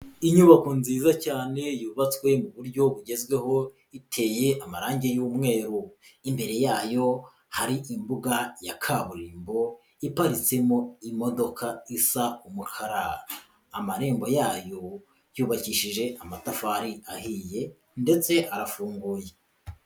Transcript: Inyubako nziza cyane yubatswe mu buryo bugezweho, iteye amarangi y'umweru, imbere yayo hari imbuga ya kaburimbo iparitsemo imodoka isa umukara, amarembo yayo yubakishije amatafari ahiye ndetse arafunguye.